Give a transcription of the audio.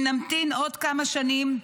אם נמתין עוד כמה שנים,